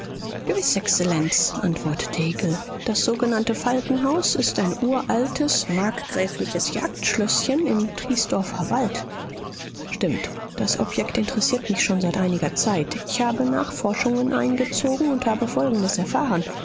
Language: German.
exzellenz antwortete hickel das sogenannte falkenhaus ist ein uraltes markgräfliches jagdschlößchen im triesdorfer wald stimmt das objekt interessiert mich schon seit einiger zeit ich habe nachforschungen eingezogen und habe folgendes erfahren